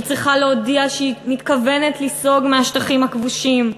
היא צריכה להודיע שהיא מתכוונת לסגת מהשטחים הכבושים.